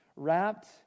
Wrapped